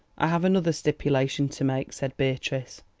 i have another stipulation to make, said beatrice,